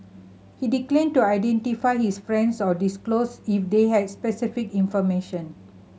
he declined to identify his friends or disclose if they had specific information